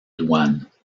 douanes